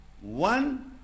One